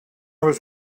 was